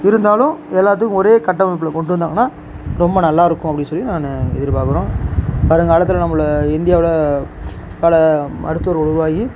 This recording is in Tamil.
இருந்தாலும் எல்லாத்தையும் ஒரே கட்டமைப்பில் கொண்டு வந்தாங்கன்னால் ரொம்ப நல்லா இருக்கும் அப்படின்னு சொல்லி நான் எதிர்ப்பார்க்குறோம் வருங்காலத்தில் நம்மளை இந்தியாவில் பல மருத்துவர்கள் உருவாகி